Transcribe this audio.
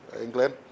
England